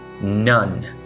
None